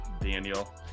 Daniel